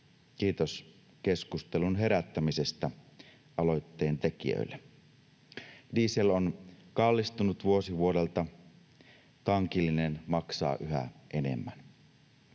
kiitos keskustelun herättämisestä aloitteen tekijöille. Diesel on kallistunut vuosi vuodelta. Tankillinen maksaa yhä enemmän.